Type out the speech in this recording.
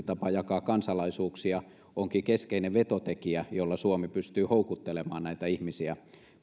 tapa jakaa kansalaisuuksia onkin keskeinen vetotekijä jolla suomi pystyy houkuttelemaan näitä ihmisiä